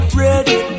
ready